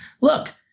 look